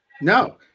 No